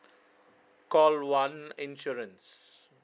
call one insurance